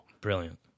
Brilliant